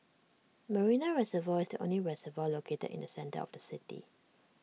Marina Reservoir is the only reservoir located in the centre of the city